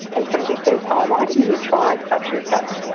and somebody says, oh, why didn't you try such and such?